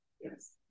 Yes